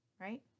right